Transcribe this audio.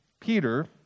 peter